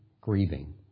Grieving